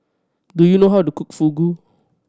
do you know how to cook Fugu